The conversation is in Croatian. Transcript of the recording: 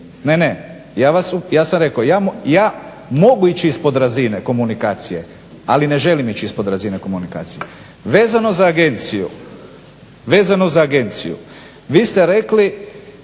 Ne, ne. Ja sam rekao ja mogu ići ispod razine komunikacije ali ne želim ići ispod razine komunikacije. Vezano za agenciju vi ste rekli